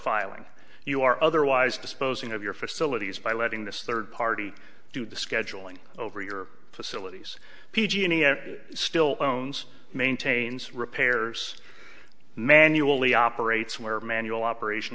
filing you are otherwise disposing of your facilities by letting this third party do the scheduling over your facilities p g and still clones maintains repairs manually operates where manual operation